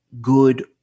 good